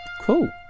Cool